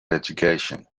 education